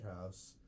House